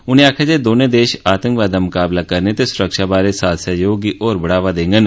उनें आक्खेया जे दोनें देश आतंकवाद दा मकाबला करने ते सुरक्षा बारै साथ सैहयोग गी होर बढ़ावा देंगन